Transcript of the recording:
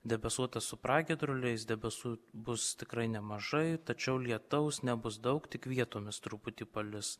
debesuota su pragiedruliais debesų bus tikrai nemažai tačiau lietaus nebus daug tik vietomis truputį palis